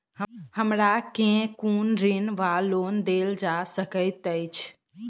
हमरा केँ कुन ऋण वा लोन देल जा सकैत अछि?